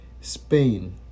Spain